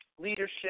leadership